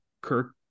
Kirk